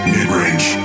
Mid-range